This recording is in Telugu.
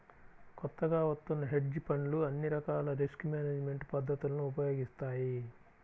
కొత్తగా వత్తున్న హెడ్జ్ ఫండ్లు అన్ని రకాల రిస్క్ మేనేజ్మెంట్ పద్ధతులను ఉపయోగిస్తాయి